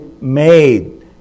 made